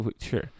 sure